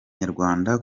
nyarwanda